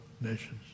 nations